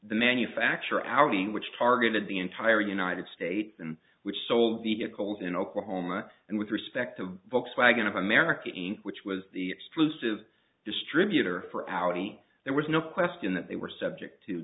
the manufacture our being which targeted the entire united states and which sold vehicles in oklahoma and with respect to volkswagen of america which was the explosive distributor for audi there was no question that they were subject to